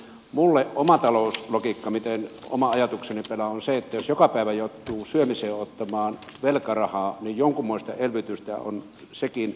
minun oma talouslogiikkani se miten oma ajatukseni pelaa on se että jos joka päivä joutuu syömiseen ottamaan velkarahaa niin jonkunmoista elvytystä on sekin